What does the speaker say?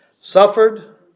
Suffered